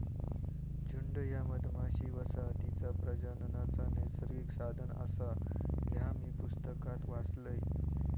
झुंड ह्या मधमाशी वसाहतीचा प्रजननाचा नैसर्गिक साधन आसा, ह्या मी पुस्तकात वाचलंय